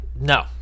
no